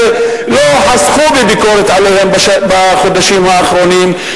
שלא חסכו בביקורת עליהן בחודשים האחרונים,